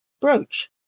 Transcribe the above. brooch